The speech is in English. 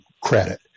credit